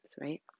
right